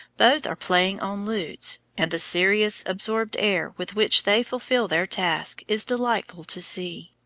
both are playing on lutes, and the serious, absorbed air with which they fulfil their task is delightful to see.